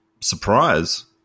surprise